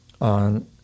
on